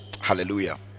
Hallelujah